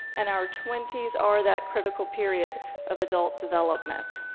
and our twenty s are that critical period of adult development.